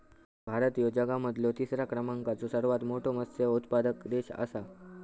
भारत ह्यो जगा मधलो तिसरा क्रमांकाचो सर्वात मोठा मत्स्य उत्पादक देश आसा